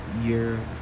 years